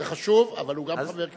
זה חשוב, אבל הוא גם חבר הכנסת.